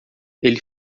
ele